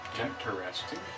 interesting